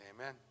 Amen